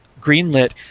greenlit